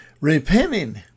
Repenting